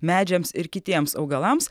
medžiams ir kitiems augalams